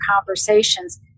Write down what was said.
conversations